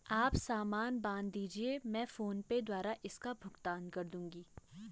आप सामान बांध दीजिये, मैं फोन पे द्वारा इसका भुगतान कर दूंगी